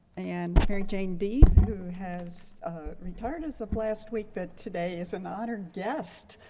and mary jane deeb who has retired as of last week but today is an honored guest.